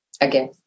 again